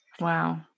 Wow